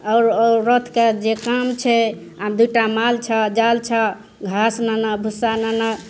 आओर औरतके जे काम छै आ दू टा माल छह जाल छह घास आनऽ भुस्सा आनऽ